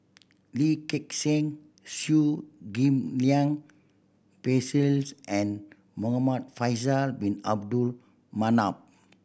Lee Gek Seng Chew Ghim Lian Phyllis and Muhamad Faisal Bin Abdul Manap